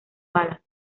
balas